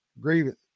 grievance